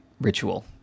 ritual